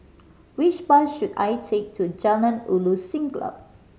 which bus should I take to Jalan Ulu Siglap